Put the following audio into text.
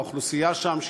והאוכלוסייה שם,